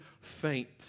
faint